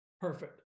Perfect